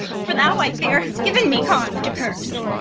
for thou, i fear, hast given me cause to curse.